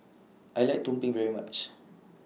I like Tumpeng very much